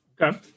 okay